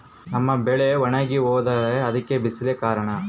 ನಮ್ಮ ಬೆಳೆ ಒಣಗಿ ಹೋಗ್ತಿದ್ರ ಅದ್ಕೆ ಬಿಸಿಲೆ ಕಾರಣನ?